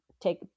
take